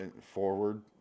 forward